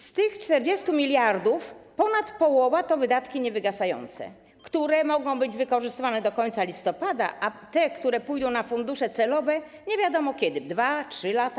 Z tych 40 mld ponad połowa to wydatki niewygasające, które mogą być wykorzystywane do końca listopada, a te, które pójdą na fundusze celowe, nie wiadomo kiedy, może 2, 3 lata.